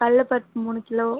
கல்லப்பருப்பு மூணு கிலோ